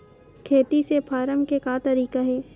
खेती से फारम के का तरीका हे?